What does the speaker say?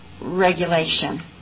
regulation